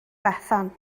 bethan